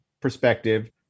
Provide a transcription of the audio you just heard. perspective